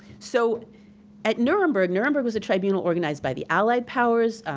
so at nuremberg, nuremberg was a tribunal organized by the allied powers,